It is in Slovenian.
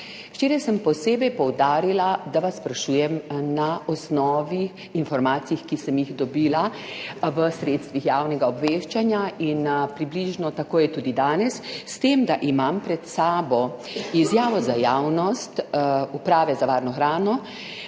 Včeraj sem posebej poudarila, da vas sprašujem na osnovi informacij, ki sem jih dobila v sredstvih javnega obveščanja in približno tako je tudi danes, s tem, da imam pred sabo izjavo za javnost Uprave za varno hrano,